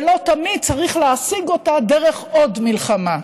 ולא תמיד צריך להשיג אותה דרך עוד מלחמה,